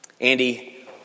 Andy